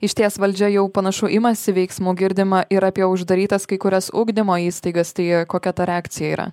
išties valdžia jau panašu imasi veiksmų girdima ir apie uždarytas kai kurias ugdymo įstaigas tai kokia ta reakcija yra